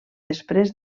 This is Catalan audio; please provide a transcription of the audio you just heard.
després